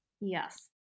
Yes